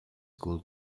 school